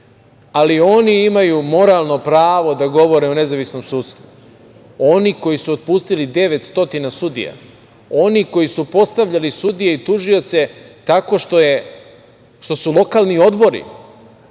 Ali, oni imaju moralno pravo da govore o nezavisnom sudstvu. Oni koji su otpustili 900 sudija, oni koji su postavljali sudije i tužioce tako što su lokalni odbori